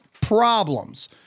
problems